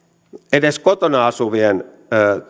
edes tiettyjen kotona asuvien